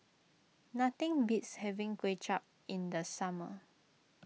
nothing beats having Kuay Chap in the summer